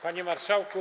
Panie Marszałku!